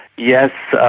yes,